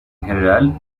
general